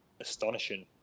astonishing